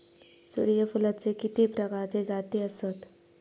सूर्यफूलाचे किती प्रकारचे जाती आसत?